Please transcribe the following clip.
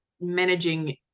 managing